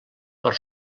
per